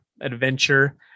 adventure